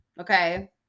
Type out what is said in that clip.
okay